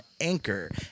Anchor